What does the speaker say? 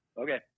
Okay